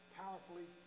powerfully